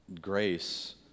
grace